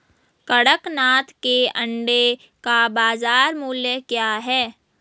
कड़कनाथ के अंडे का बाज़ार मूल्य क्या है?